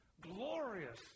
glorious